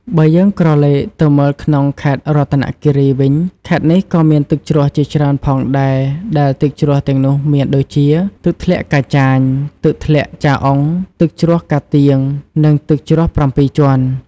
បើយើងក្រឡេកទៅមើលក្នុងខេត្តរតនគិរីវិញ ខេត្តនេះក៏មានទឹកជ្រោះជាច្រើនផងដែរ ដែលទឹកជ្រោះទាំងនោះមានដូចជា ទឹកធ្លាក់កាចាញ ទឹកធ្លាក់ចាអ៊ុង ទឹកជ្រោះកាទៀង និងទឹកជ្រោះ៧ជាន់។